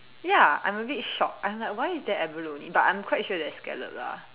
ya I'm a bit shocked I'm like why is there abalone but I'm quite sure there is scallop lah